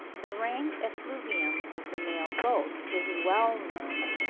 the rank effluvium of the male goat is well known,